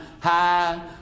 high